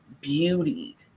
beauty